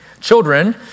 Children